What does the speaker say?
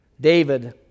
David